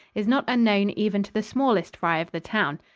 is not unknown even to the smallest fry of the town.